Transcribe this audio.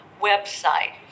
website